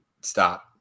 Stop